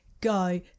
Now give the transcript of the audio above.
go